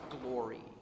glory